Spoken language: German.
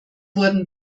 wurden